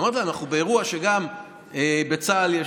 אמרתי לה: אנחנו באירוע שגם לצה"ל יש